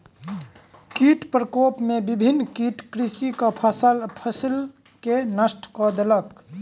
कीट प्रकोप में विभिन्न कीट कृषकक फसिल के नष्ट कय देलक